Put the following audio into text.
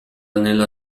nella